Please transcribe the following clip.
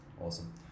Awesome